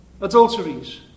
adulteries